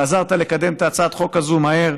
עזרת לקדם את הצעת החוק הזאת מהר.